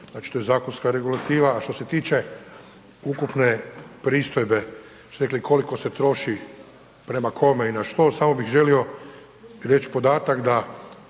a što je zakonska regulativa. A što se tiče ukupne pristojbe, što ste rekli koliko se troši prema kome i na što, samo bih želio reći podatak da